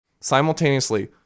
simultaneously